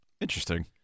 Interesting